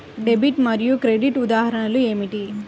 Debit మరియు credit ఉదాహరణలు ఏమిటీ?